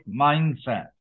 mindset